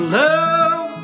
love